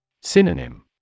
Synonym